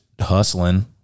hustling